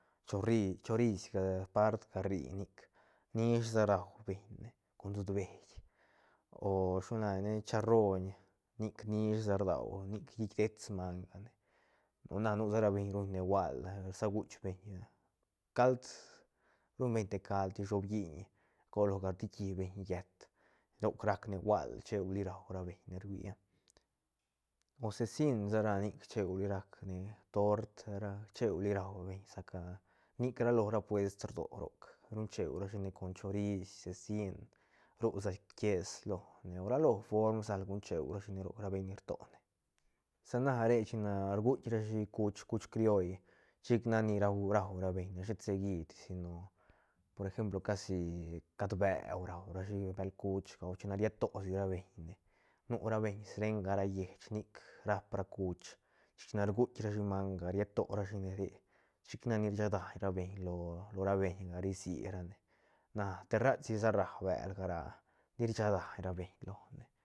Chori- chorisga part ca rri nic nish sa raubeñne con sutbeï o shilo la ne ne charroiñ nic nish sa rdua nic llitdets manga ne o na nu sa ra beñ ruñne gual sa guch beñga cald ruñ beñ te cald ish shobilliñ gal cor loga rdiquibeñ llët roc racne gual cheuli raura beñne ruia o sesin sara nic cheuli rac ne tort cheuli raubeñ sa ca nic ra lo ra puest rdoo roc ruñcheu rashine con choris cecin ru sa quies lo ne ra lo form sal guñcheu beñne ni rtone sa na re china rguitk rashi chuch chuch crioll chic nac ni rau- raura beñne shet seguidi si no por ejemplo casi cad beu raurashi bel chuchga o chine riet tosi ra beñne nu ra beñ srenga ra lleich nic rap ra chuch china rguitk ra shi manga riet to ra shine re chic nac ni rshadañ ra beñne lo ra beñga ri si rane na terrat si sa rra belga ra li rchadañ ra beñ lone.